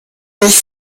durch